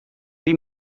dir